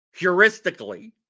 heuristically